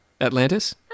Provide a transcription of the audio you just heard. Atlantis